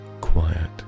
quiet